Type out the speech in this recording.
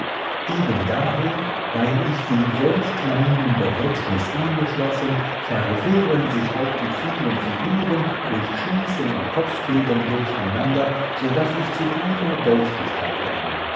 eben daher weil ich in solch kleinem behältnis eingeschlossen verwirren sich auch die vielen figuren und schießen und kopfkegeln durcheinander so daß ich zu keiner deutlichkeit gelange